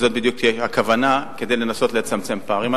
זו בדיוק הכוונה, כדי לנסות לצמצם פערים.